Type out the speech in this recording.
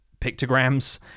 pictograms